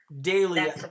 daily